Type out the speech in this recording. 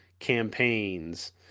campaigns